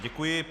Děkuji.